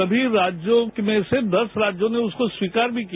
सभी राज्यों में से दस राज्यों ने उसको स्वीकार भी किया